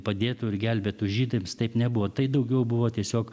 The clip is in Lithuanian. padėtų ir gelbėtų žydams taip nebuvo tai daugiau buvo tiesiog